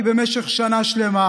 כי במשך שנה שלמה